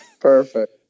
Perfect